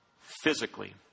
physically